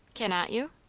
cannot you?